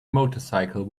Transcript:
motorcycle